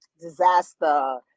disaster